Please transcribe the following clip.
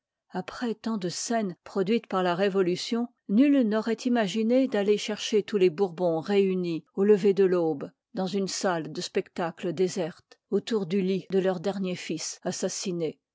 après tant de scènes joroduites par la révolution nul n'auroit imaginé d'aller chercher tous les bourbons réunis au lever de l'aube dans une salle de spectacle déserte autour du lit de leur dernier fils assassiné